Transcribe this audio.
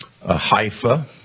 Haifa